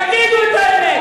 תגידו את האמת.